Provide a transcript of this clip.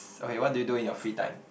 so what do you do in your free time